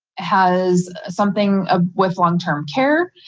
has something ah with long term care.